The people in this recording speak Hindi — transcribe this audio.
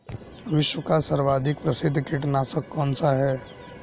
विश्व का सर्वाधिक प्रसिद्ध कीटनाशक कौन सा है?